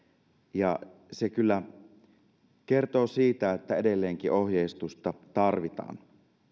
ja se kyllä kertoo siitä että edelleenkin ohjeistusta tarvitaan